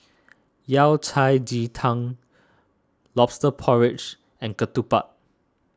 Yao Cai Ji Tang Lobster Porridge and Ketupat